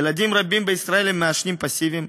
ילדים רבים בישראל הם מעשנים פסיבים.